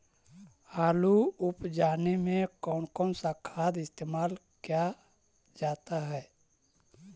आलू उप जाने में कौन कौन सा खाद इस्तेमाल क्या जाता है?